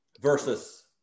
versus